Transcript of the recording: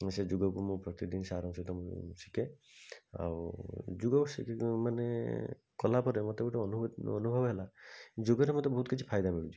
ମୁଁ ସେ ଯୁଗକୁ ମୁଁ ପ୍ରତିଦିନ ସାର୍ ଙ୍କ ସହିତ ମୁଁ ଶିଖେ ଆଉ ଯୋଗ ଶିଖିକି ମାନେ କଲାପରେ ମତେ ଗୋଟେ ଅନୁଭବ ହେଲା ଯୁଗରେ ମତେ ବହୁତ୍ କିଛି ଫାଇଦା ମିଳୁଚି